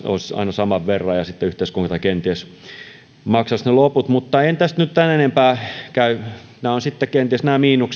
saman verran ja sitten yhteiskunta kenties maksaisi ne loput mutta en tässä nyt tämän enempää käy nämä miinukset ovat kenties